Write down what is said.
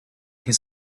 his